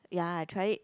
ya I tried it